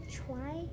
try